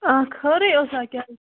آ خٲری اوسا کیازِ